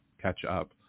catch-up